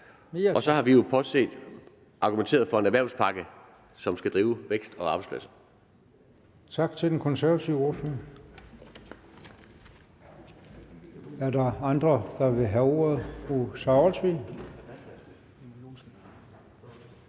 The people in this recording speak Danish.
Så har vi jo argumenteret for en erhvervspakke, som skal drive væksten og skabe arbejdspladser.